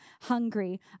hungry